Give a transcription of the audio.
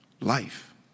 life